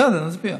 בסדר, נצביע.